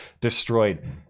destroyed